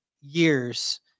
years